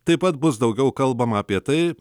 taip pat bus daugiau kalbama apie tai